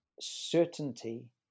certainty